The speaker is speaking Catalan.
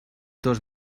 dos